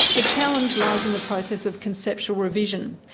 the challenge lies in the process of conceptual revision.